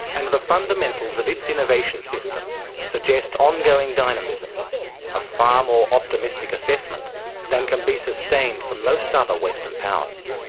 and the fundamentals of its innovation system suggest ongoing dynamism a far more optimistic assessment than can be sustained for most other western powers.